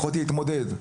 יכולתי להתמודד,